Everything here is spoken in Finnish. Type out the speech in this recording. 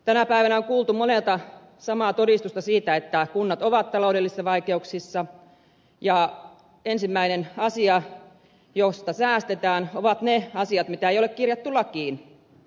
tänä päivänä on kuultu monelta samaa todistusta siitä että kunnat ovat taloudellisissa vaikeuksissa ja ensimmäiset asiat joista säästetään ovat ne asiat joita ei ole kirjattu lakiin